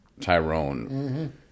Tyrone